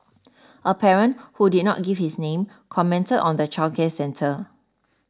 a parent who did not give his name commented on the childcare centre